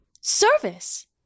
Service